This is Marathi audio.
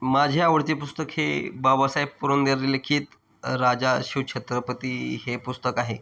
माझे आवडते पुस्तक हे बाबासाहेब पुरंदरे लिखित राजा शिवछत्रपती हे पुस्तक आहे